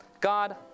God